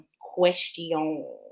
question